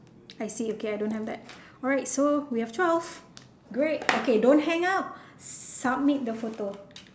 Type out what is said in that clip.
I see okay I don't have that alright so we have twelve great okay don't hang up submit the photo